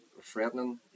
threatening